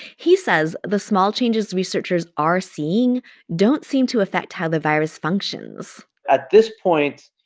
he says the small changes researchers are seeing don't seem to affect how the virus functions at this point,